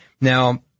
Now